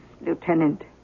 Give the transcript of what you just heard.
Lieutenant